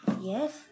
Yes